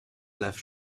left